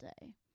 day